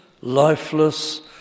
lifeless